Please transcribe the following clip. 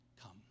come